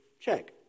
Check